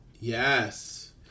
Yes